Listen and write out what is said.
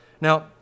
Now